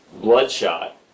Bloodshot